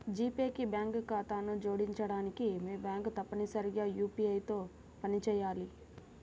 G pay కి bank ఖాతాను జోడించడానికి, మీ బ్యాంక్ తప్పనిసరిగా యూ.పీ.ఐ తో పనిచేయాలి